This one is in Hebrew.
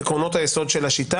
תעשה הפסקה בין ראשונה לשנייה.